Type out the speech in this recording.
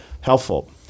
helpful